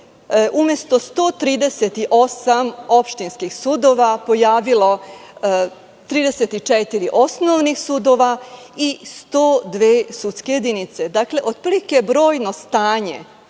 umesto 138 opštinskih sudova pojavilo 34 osnovnih sudova i 102 sudske jedinice. Dakle, otprilike brojno stanje